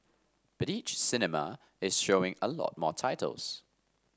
but each cinema is showing a lot more titles